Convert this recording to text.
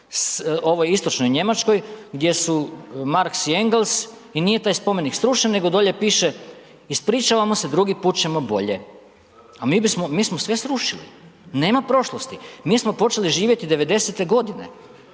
ovoj istočnoj Njemačkoj gdje su Marx i Engels i nije taj spomenik srušen, nego dolje piše „ispričavamo se, drugi put ćemo bolje“, a mi smo sve srušili, nema prošlosti, mi smo počeli živjeti 90.-te godine,